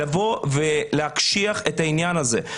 לבוא ולהקשיח את העניין הזה.